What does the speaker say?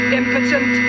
impotent